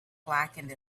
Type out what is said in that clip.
blackened